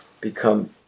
become